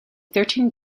thirteen